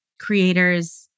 creator's